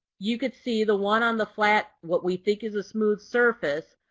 you can see the one on the flat, what we think is a smooth surface,